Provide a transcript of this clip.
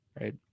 Right